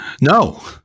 no